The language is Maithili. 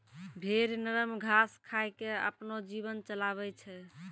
भेड़ नरम घास खाय क आपनो जीवन चलाबै छै